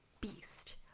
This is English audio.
beast